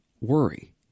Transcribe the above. worry